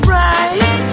right